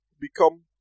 become